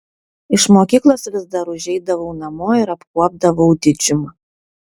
iš mokyklos vis dar užeidavau namo ir apkuopdavau didžiumą